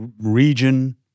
region